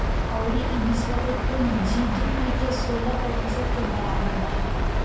अउरी ई विश्व के कुल जी.डी.पी के सोलह प्रतिशत के बराबर बा